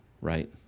right